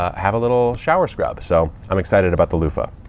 ah have a little shower scrub. so i'm excited about the luffa.